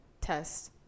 test